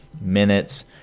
minutes